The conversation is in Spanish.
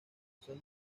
son